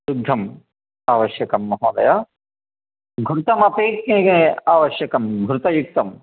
दुग्धम् आवश्यकं महोदय घृतम् अपि आवश्यकं घृतयुक्तम्